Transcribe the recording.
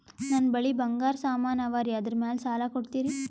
ನನ್ನ ಬಳಿ ಬಂಗಾರ ಸಾಮಾನ ಅವರಿ ಅದರ ಮ್ಯಾಲ ಸಾಲ ಕೊಡ್ತೀರಿ?